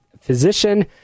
physician